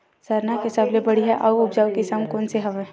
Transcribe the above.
सरना के सबले बढ़िया आऊ उपजाऊ किसम कोन से हवय?